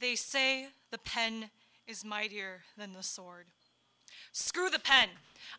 they say the pen is mightier than the sword screw the pen